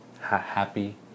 happy